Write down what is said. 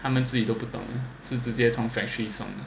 他们自己都不懂是直接从 factory 送